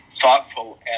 thoughtful